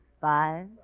five